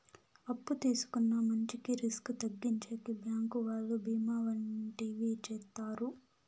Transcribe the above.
అప్పు తీసుకున్న మంచికి రిస్క్ తగ్గించేకి బ్యాంకు వాళ్ళు బీమా వంటివి చేత్తారు